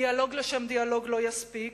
דיאלוג לשם דיאלוג לא יספיק,